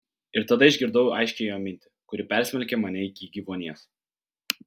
ir tada išgirdau aiškią jo mintį kuri persmelkė mane iki gyvuonies